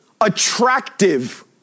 attractive